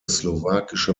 slowakische